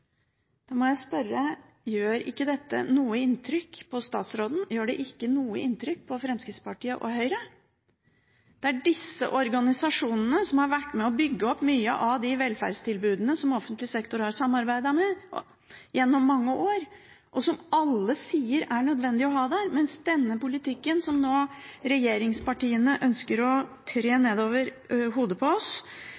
må jeg spørre: Gjør ikke dette noe inntrykk på statsråden? Gjør det ikke noe inntrykk på Fremskrittspartiet og Høyre? Det er disse organisasjonene som har vært med på å bygge opp mange av velferdstilbudene i frivillig sektor, som offentlig sektor har samarbeidet med gjennom mange år, og som alle sier er nødvendig å ha der, mens den politikken som regjeringspartiene nå ønsker å